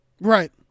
right